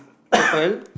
purple